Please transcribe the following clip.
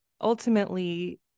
ultimately